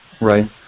Right